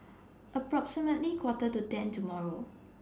approximately Quarter to ten tomorrow